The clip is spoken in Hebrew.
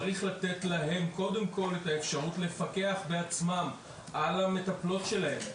צריך לתת להן קודם כול את האפשרות לפקח בעצמן על המטפלות שלהן,